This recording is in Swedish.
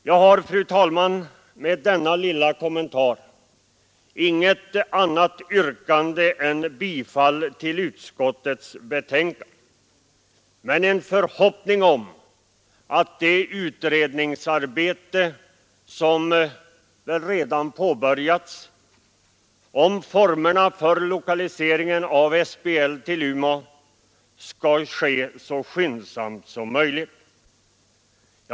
Jag har, fru talman, med denna kommentar inget annat yrkande än bifall till hemställan i utskottets betänkande, men jag har också en förhoppning om att det utredningsarbete — som väl redan har påbörjats — om formerna för lokaliseringen av SBL till Umeå skall bedrivas så skyndsamt som möjligt.